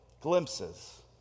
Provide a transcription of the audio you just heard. glimpses